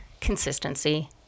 consistency